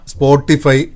Spotify